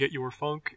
getyourfunk